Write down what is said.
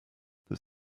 that